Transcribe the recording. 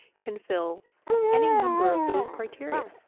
can fill any number of those criteria.